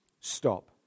stop